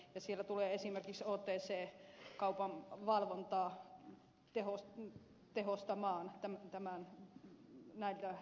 siellä tullaan esimerkiksi otc kaupan valvontaa tehostamaan näillä esityksillä